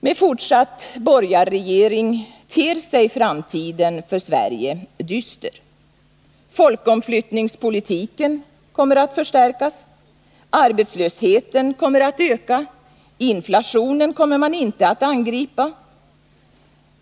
Med fortsatt borgarregering ter sig framtiden för Sverige dyster. Folkomflyttningspolitiken kommer att förstärkas. Arbetslösheten kommer att öka. Inflationen kommer man inte att angripa.